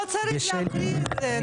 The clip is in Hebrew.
לא צריך להקריא את זה.